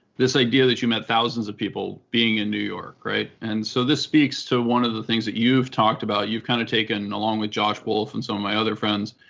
this idea that you met thousands of people being in new york, right? and so this speaks to one of the things that you've talked about, you've kind of taken, along with josh wolf and some so of my other friends.